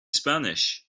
spanish